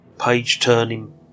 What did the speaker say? page-turning